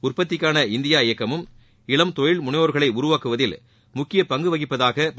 உற்பத்திக்கான இந்தியா இயக்கமும் இளம் தொழில்முனைவோர்களை உருவாக்குவதில் முக்கிய பங்கு வகிப்பதாக பிரதமர் குறிப்பிட்டார்